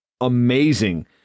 amazing